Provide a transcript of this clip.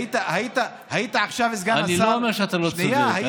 היית עכשיו, סגן השר, אני לא אומר שאתה לא צודק.